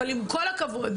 אבל עם כל הכבוד,